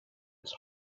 his